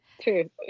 True